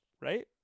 right